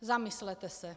Zamyslete se.